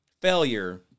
failure